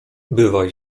bywaj